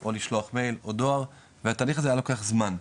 או לשלוח מייל או דואר והתהליך הזה היה לוקח זמן,